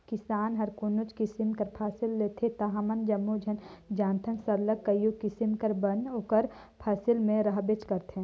किसान हर कोनोच किसिम कर फसिल लेथे ता हमन जम्मो झन जानथन सरलग कइयो किसिम कर बन ओकर फसिल में रहबेच करथे